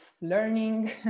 learning